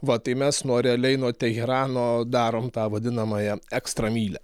va tai mes nuo realiai nuo teherano darom tą vadinamąją ekstra mylią